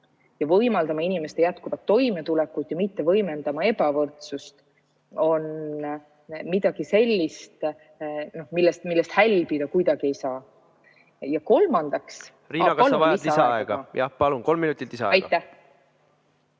ja võimaldama inimeste jätkuvat toimetulekut ja mitte võimendama ebavõrdsust. See on midagi sellist, millest hälbida kuidagi ei saa. Ja kolmandaks ... Riina, kas sa vajad lisaaega? Palun, kolm minutit lisaaega. Riina,